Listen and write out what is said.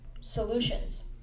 solutions